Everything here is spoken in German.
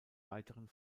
weiteren